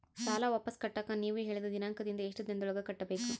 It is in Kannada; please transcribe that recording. ಸಾಲ ವಾಪಸ್ ಕಟ್ಟಕ ನೇವು ಹೇಳಿದ ದಿನಾಂಕದಿಂದ ಎಷ್ಟು ದಿನದೊಳಗ ಕಟ್ಟಬೇಕು?